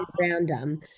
random